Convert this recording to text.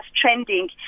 trending